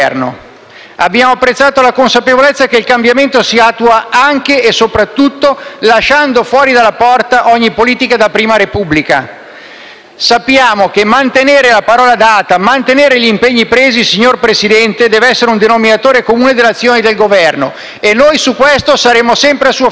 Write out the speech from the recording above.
Abbiamo apprezzato la consapevolezza che il cambiamento si attua anche e soprattutto lasciando fuori dalla porta ogni politica da prima Repubblica. Sappiamo che mantenere la parola data, mantenere gli impegni presi, signor Presidente, deve essere un denominatore comune dell'azione del Governo e noi, su questo, saremo sempre al suo fianco.